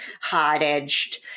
hard-edged